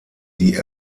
die